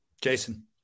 Jason